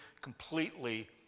completely